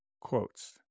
Quotes